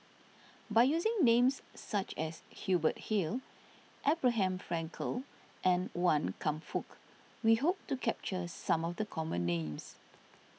by using names such as Hubert Hill Abraham Frankel and Wan Kam Fook we hope to capture some of the common names